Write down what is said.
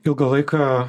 ilgą laiką